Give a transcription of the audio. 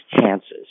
chances